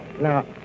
Now